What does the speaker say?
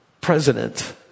president